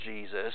Jesus